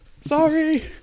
Sorry